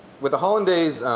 with the hollandaise,